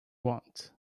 want